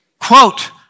quote